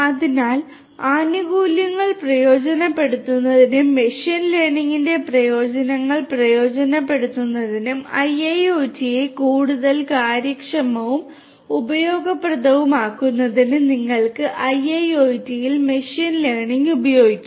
അതിനാൽ ആനുകൂല്യങ്ങൾ പ്രയോജനപ്പെടുത്തുന്നതിനും മെഷീൻ ലേണിംഗിന്റെ പ്രയോജനങ്ങൾ പ്രയോജനപ്പെടുത്തുന്നതിനും ഐഐഒടിയെ കൂടുതൽ കാര്യക്ഷമവും ഉപയോഗപ്രദവുമാക്കുന്നതിന് നിങ്ങൾക്ക് ഐഐഒടിയിൽ മെഷീൻ ലേണിംഗ് ഉപയോഗിക്കാം